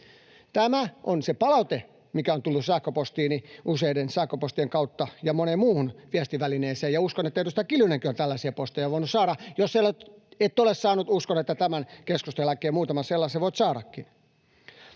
Tämä on se palaute, mikä on tullut sähköpostiini useiden sähköpostien kautta ja moneen muuhun viestivälineeseen, ja uskon, että edustaja Kiljunenkin on tällaisia posteja voinut saada. — Jos et ole saanut, uskon, että tämän keskustelun jälkeen muutaman sellaisen voit saadakin.